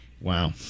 Wow